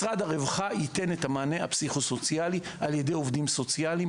משרד הרווחה ייתן את המענה הפסיכו-סוציאלי על ידי עובדים סוציאליים,